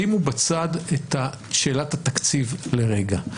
שימו בצד את שאלת התקציב לרגע,